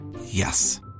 Yes